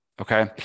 okay